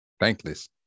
Thankless